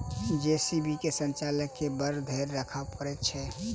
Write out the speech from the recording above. JCB के संचालक के बड़ धैर्य राखय पड़ैत छै